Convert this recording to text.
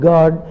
God